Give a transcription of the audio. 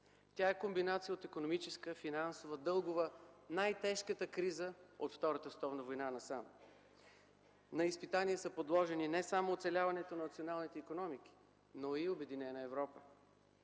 Тя е комбинация от икономическа, финансова и дългова и е най-тежката криза от Втората световна война насам. На изпитание са подложени не само оцеляването на националните икономики, но и обединена Европа.